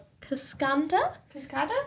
Cascada